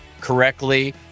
correctly